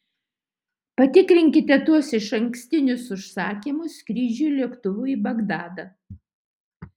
patikrinkite tuos išankstinius užsakymus skrydžiui lėktuvu į bagdadą